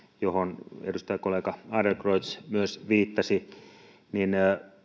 johon myös edustajakollega adlercreutz viittasi niin